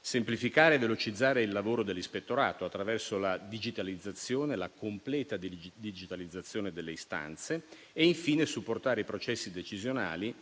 semplificare e velocizzare il lavoro dell'Ispettorato, attraverso la completa digitalizzazione delle istanze; infine, supportare i processi decisionali